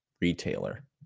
retailer